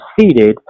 seated